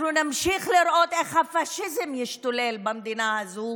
אנחנו נמשיך לראות איך הפשיזם ישתולל במדינה הזו